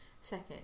second